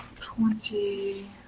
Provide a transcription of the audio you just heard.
twenty